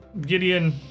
Gideon